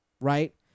Right